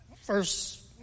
first